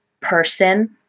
person